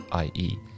ie